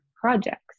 projects